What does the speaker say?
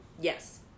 Yes